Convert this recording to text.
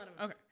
okay